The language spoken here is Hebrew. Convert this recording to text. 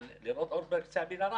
אבל שנראה אור בקצה המנהרה.